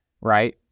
right